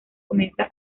comienza